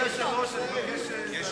אדוני היושב-ראש, אני מבקש